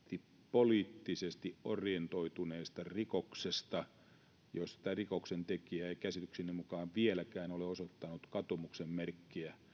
poliittisesti orientoituneesta rikoksesta jossa tämä rikoksentekijä ei käsitykseni mukaan vieläkään ole osoittanut katumuksen merkkiä